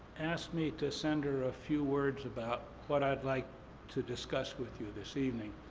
asked me to send her a few words about what i'd like to discuss with you this evening,